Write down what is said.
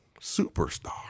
superstar